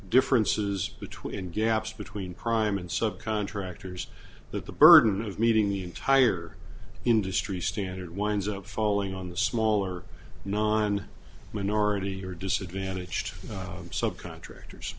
differences between gaps between prime and sub contractors that the burden of meeting the entire industry standard winds up falling on the smaller non minority or disadvantaged subcontractors